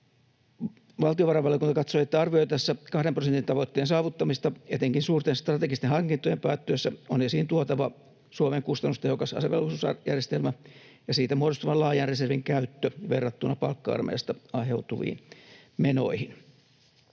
Valtiovarainvaliokunta katsoi, että arvioitaessa kahden prosentin tavoitteen saavuttamista, etenkin suurten strategisten hankintojen päättyessä, on esiin tuotava Suomen kustannustehokas asevelvollisuusjärjestelmä ja siitä muodostuvan laajan reservin käyttö verrattuna palkka-armeijasta aiheutuviin menoihin.